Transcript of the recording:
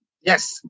Yes